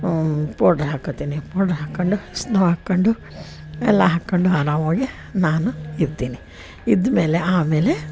powder ಹಾಕೊತೀನಿ powder ಹಾಕ್ಕೊಂಡು snow ಹಾಕ್ಕೊಂಡು ಎಲ್ಲ ಹಾಕ್ಕೊಂಡು ಆರಾಮವಾಗಿ ನಾನು ಇರ್ತೀನಿ ಇದ್ಮೇಲೆ ಆಮೇಲೆ